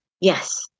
Yes